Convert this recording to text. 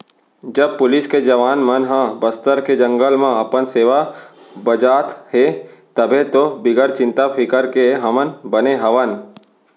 जब पुलिस के जवान मन ह बस्तर के जंगल म अपन सेवा बजात हें तभे तो बिगर चिंता फिकर के हमन बने हवन